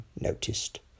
noticed